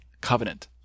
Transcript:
covenant